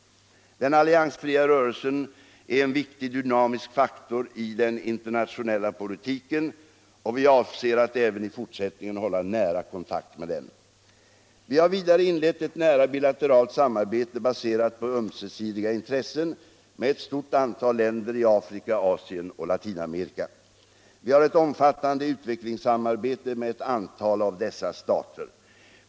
Den alliansfria rörelsen är en viktig dynamisk faktor i den internationella politiken, och vi avser att även i fortsättningen hålla nära kontakt med den. : Vi har vidare inlett ett nära bilateralt samarbete, baserat på ömsesidiga intressen, med ett stort antal länder i Afrika, Asien och Latinamerika. Vi har ett omfattande utvecklingssamarbete med ett antal av dessa stater.